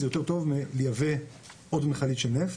זה יותר טוב מלייבא עוד מיכלית נפט.